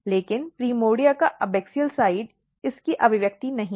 लेकिन प्राइमोर्डिया का एबाक्सिअल पक्ष इसकी अभिव्यक्ति नहीं है